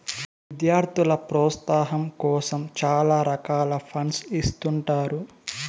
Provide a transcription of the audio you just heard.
విద్యార్థుల ప్రోత్సాహాం కోసం చాలా రకాల ఫండ్స్ ఇత్తుంటారు